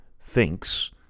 thinks